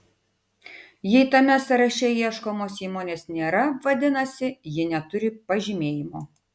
jei tame sąraše ieškomos įmonės nėra vadinasi ji neturi pažymėjimo